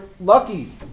lucky